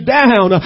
down